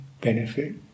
benefit